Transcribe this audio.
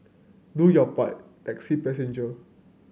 do your part taxi passenger